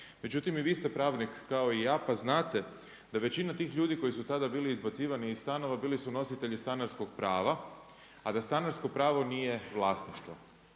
Međutim, i vi ste pravnik kao i ja pa znate da većina tih ljudi koji su tada bili izbacivani iz stanova bili su nositelji stanarskog prava, a da stanarsko pravo nije vlasništvo.